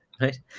right